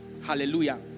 hallelujah